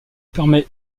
permet